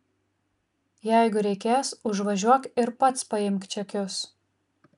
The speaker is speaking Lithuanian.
jeigu reikės užvažiuok ir pats paimk čekius